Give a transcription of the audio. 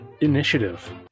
initiative